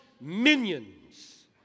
minions